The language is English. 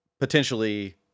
potentially